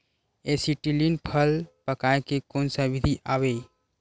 Acetylene फल पकाय के कोन सा विधि आवे?